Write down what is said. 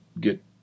get